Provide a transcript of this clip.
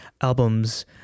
albums